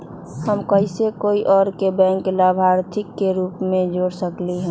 हम कैसे कोई और के बैंक लाभार्थी के रूप में जोर सकली ह?